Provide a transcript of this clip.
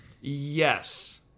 Yes